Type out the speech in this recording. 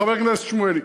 לחבר הכנסת שמולי,